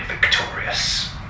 victorious